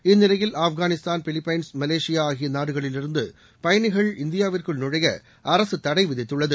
இந்நிலையில் Afghanistan Philippines Malaysia ஆகிய நாடுகளிலிருந்து பயனிகள் இந்தியாவிற்குள் நுழைய அரசு தடை விதித்துள்ளது